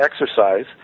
exercise